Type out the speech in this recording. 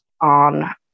on